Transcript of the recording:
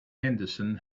henderson